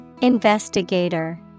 Investigator